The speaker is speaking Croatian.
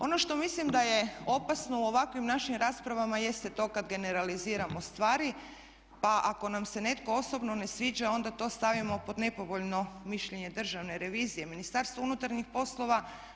Ono što mislim da je opasno u ovakvim našim raspravama jeste to kad generaliziramo stvari, pa ako nam se netko osobno ne sviđa onda to stavimo pod nepovoljno mišljenje Državne revizije, Ministarstva unutarnjih poslova.